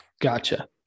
gotcha